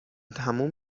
تموم